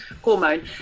hormone